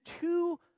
two